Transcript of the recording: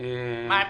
מה עמדתך?